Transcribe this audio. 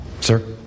Sir